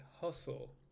hustle